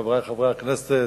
חברי חברי הכנסת,